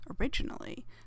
originally